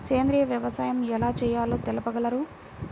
సేంద్రీయ వ్యవసాయం ఎలా చేయాలో తెలుపగలరు?